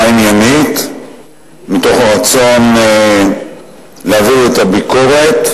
עניינית מתוך רצון להעביר את הביקורת,